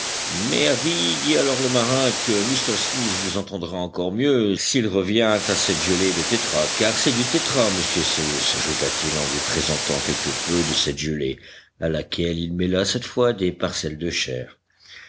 dit alors le marin que m smith vous entendra encore mieux s'il revient à cette gelée de tétras car c'est du tétras monsieur cyrus ajouta-t-il en lui présentant quelque peu de cette gelée à laquelle il mêla cette fois des parcelles de chair